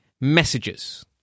messages